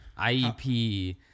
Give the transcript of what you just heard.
IEP